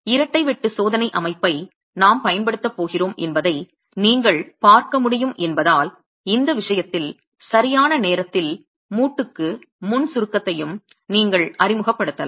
இரட்டை வெட்டு சோதனை அமைப்பை நாம் பயன்படுத்தப் போகிறோம் என்பதை நீங்கள் பார்க்க முடியும் என்பதால் இந்த விஷயத்தில் சரியான நேரத்தில் மூட்டுக்கு முன் சுருக்கத்தையும் நீங்கள் அறிமுகப்படுத்தலாம்